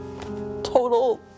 total